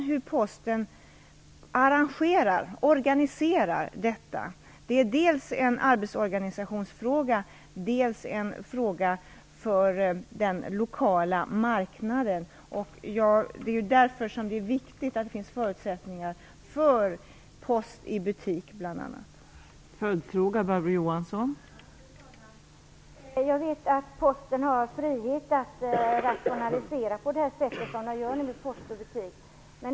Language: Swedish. Hur Posten sedan arrangerar och organiserar detta är dels en arbetsorganisationsfråga, dels en fråga för den lokala marknaden. Det är därför viktigt att det finns förutsättningar för bl.a. post-i-butik.